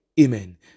Amen